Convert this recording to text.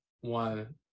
one